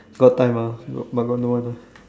got time ah but but no one ah